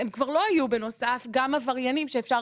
הם כבר לא יהיו בנוסף גם עבריינים שאפשר